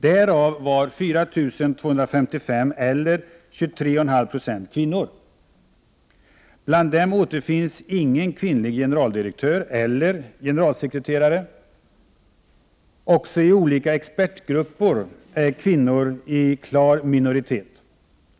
Därav var 4 255, eller 23,5 20, kvinnor. Bland dem återfinns ingen kvinnlig generaldirektör eller generalsekreterare. Också i olika expertgrupper är kvinnor i klar minoritet.